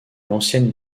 l’ancienne